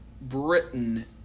Britain